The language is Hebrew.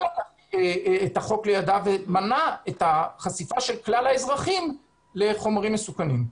--- את החוק לידיו ומנע את החשיפה של כלל האזרחים לחומרים מסוכנים.